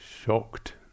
shocked